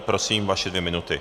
Prosím, vaše dvě minuty.